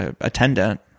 attendant